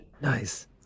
Nice